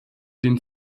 den